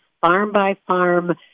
farm-by-farm